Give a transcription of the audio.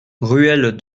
ruelle